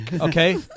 Okay